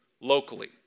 locally